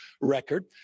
record